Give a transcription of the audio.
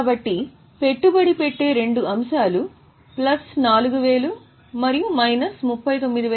కాబట్టి పెట్టుబడి పెట్టే రెండు అంశాలు ప్లస్ 4000 మరియు మైనస్ 39600